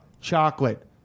Chocolate